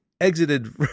exited